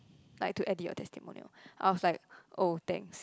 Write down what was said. like to edit your testimonial I was like oh thanks